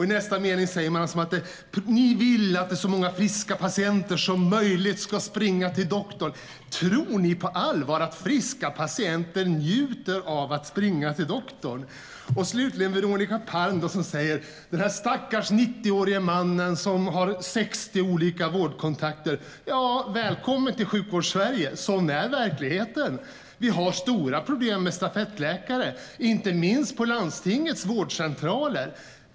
I nästa mening säger man att högern vill att så många friska patienter som möjligt ska springa till doktorn. Tror ni på allvar att friska patienter njuter av att springa till doktorn? Slutligen har vi Veronica Palm, som talar om den stackars 90-årige mannen som har 60 olika vårdkontakter. Ja, välkommen till Sjukvårdssverige! Sådan är verkligheten. Vi har stora problem med stafettläkare, inte minst på landstingens vårdcentraler.